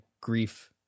grief